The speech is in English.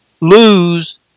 lose